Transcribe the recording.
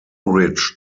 ridge